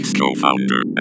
co-founder